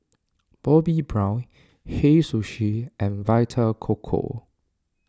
Bobbi Brown Hei Sushi and Vita Coco